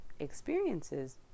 experiences